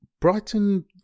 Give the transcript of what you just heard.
Brighton